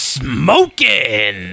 Smoking